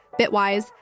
Bitwise